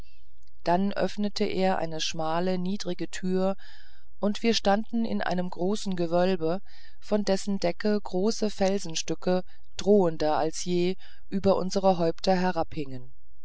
dann öffnete er eine schmale niedrige tür und wir standen in einem großen gewölbe von dessen decke große felsenstücke drohender als je über unsere häupter herabhingen